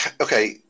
okay